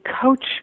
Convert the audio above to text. coach